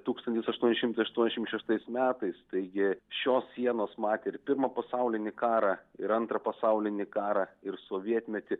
tūkstantis aštuoni šimtai aštuoniasdešimt šeštais metais taigi šios sienos matė ir pirmą pasaulinį karą ir antrą pasaulinį karą ir sovietmetį